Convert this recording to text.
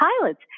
pilots